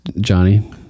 Johnny